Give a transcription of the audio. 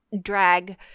drag